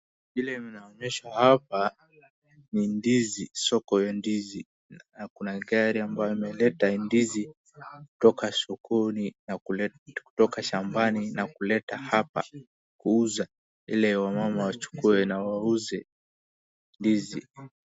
Vile tunaonyeshwa hapa ni ndizi soko ya ndizi na kuna gari ambayo imeleta ndizi kutoka shambani na kuleta hapa kuuza hili wamama wachukue na kuuza ndizi.